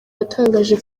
yatangaje